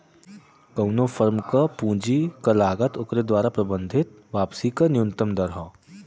कउनो फर्म क पूंजी क लागत ओकरे द्वारा प्रबंधित वापसी क न्यूनतम दर हौ